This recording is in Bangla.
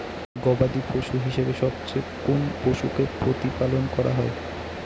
গবাদী পশু হিসেবে সবচেয়ে কোন পশুকে প্রতিপালন করা হয়?